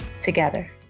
together